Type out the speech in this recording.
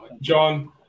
John